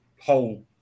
whole